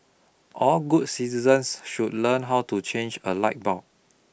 all good citizens should learn how to change a light bulb